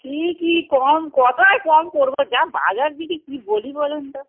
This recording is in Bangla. কী কী কম কত আর কম করব যা বাজার দেখি কী বলি বলুন তো